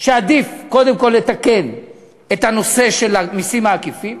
שעדיף קודם כול לתקן את הנושא של המסים העקיפים,